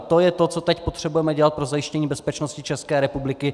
To je to, co teď potřebujeme dělat pro zajištění bezpečnosti České republiky.